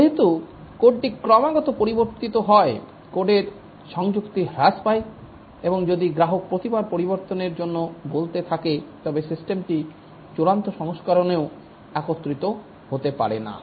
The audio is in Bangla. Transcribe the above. যেহেতু কোডটি ক্রমাগত পরিবর্তিত হয় কোডের সংযুক্তি হ্রাস পায় এবং যদি গ্রাহক প্রতিবার পরিবর্তনের জন্য বলতে থাকে তবে সিস্টেমটি চূড়ান্ত সংস্করণেও একত্রিত হতে পারে না